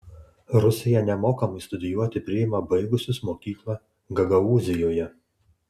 rusija nemokamai studijuoti priima baigusius mokyklą gagaūzijoje